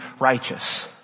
righteous